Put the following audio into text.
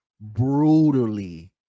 brutally